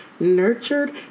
nurtured